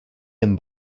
him